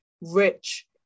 rich